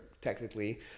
technically